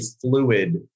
fluid